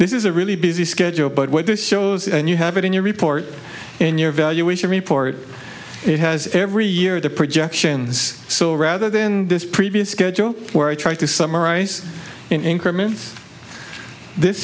this is a really busy schedule but what this shows and you have it in your report in your evaluation report it has every year the projections so rather than this previous schedule where i try to summarize in increments this